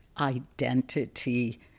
identity